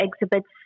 exhibits